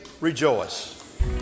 rejoice